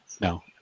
No